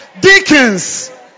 deacons